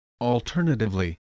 Alternatively